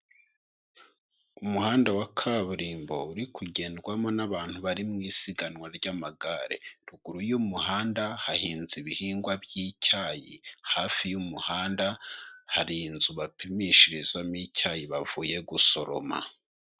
Umuhanda wa kaburimbo uri kugendwamo n'abantu bari mu isiganwa ry'amagare. Ruguru y'umuhanda hahinze ibihingwa by'icyayi, hafi y'umuhanda hari inzu bapimishirizamo icyayi bavuye gusoroma.